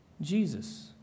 Jesus